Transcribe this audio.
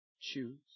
Choose